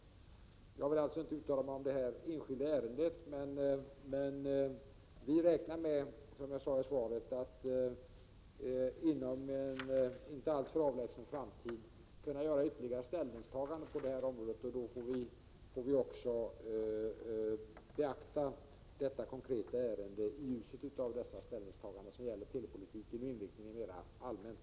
47 Jag vill alltså inte uttala mig om detta enskilda ärende, men som jag sade i svaret räknar vi med att inom en inte alltför avlägsen framtid kunna göra ytterligare ställningstaganden på detta område. Då får vi också beakta detta konkreta ärende i ljuset av dessa ställningstaganden, som gäller telepolitiken och inriktningen mera allmänt.